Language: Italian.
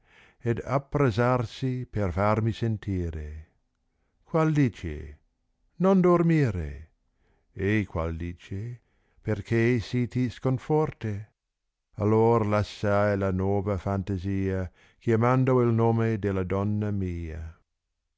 ed appressarsi per farmi sentire qual dice non dormire e qual dice perchè sì ti scon forte allor lassai la nota fantasia chiamando il nome della donna mia